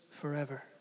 forever